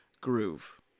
groove